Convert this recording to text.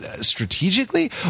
strategically